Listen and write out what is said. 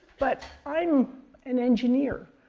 but i'm an engineer.